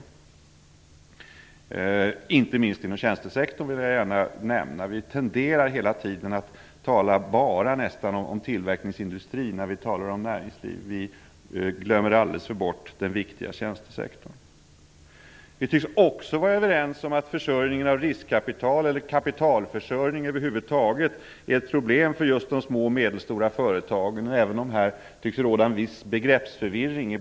Det gäller inte minst inom tjänstesektorn. Vi tenderar hela tiden att tala nästan bara om tillverkningsindustrin när vi talar om näringslivet. Vi glömmer ofta bort den viktiga tjänstesektorn. Vi tycks också vara överens om att försörjningen av riskkapital eller kapitalförsörjning över huvud taget är ett problem för just de små och medelstora företagen, även om det tycks råda en viss begreppsförvirring här.